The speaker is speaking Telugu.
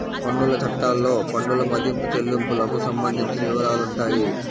పన్నుల చట్టాల్లో పన్నుల మదింపు, చెల్లింపులకు సంబంధించిన వివరాలుంటాయి